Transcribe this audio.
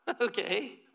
okay